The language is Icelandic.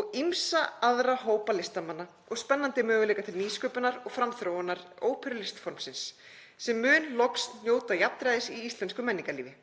og ýmsa aðra hópa listamanna og spennandi möguleikar til nýsköpunar og framþróunar óperulistformsins, sem mun loks njóta jafnræðis [í íslensku menningarlífi.]“